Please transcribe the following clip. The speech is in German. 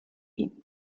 nein